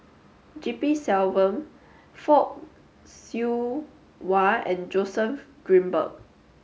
G P Selvam Fock Siew Wah and Joseph Grimberg